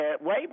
wait